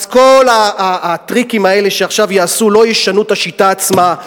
אז כל הטריקים האלה שעכשיו יעשו לא ישנו את השיטה עצמה,